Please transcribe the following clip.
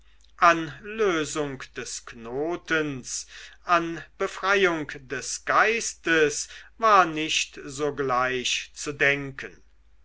an lösung des knotens an befreiung des geistes war nicht sogleich zu denken